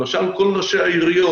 למשל כל נושא העיריות.